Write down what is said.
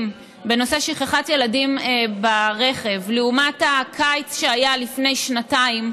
בנושא שכחת ילדים ברכב לעומת הקיץ שהיה לפני שנתיים,